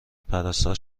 پرستار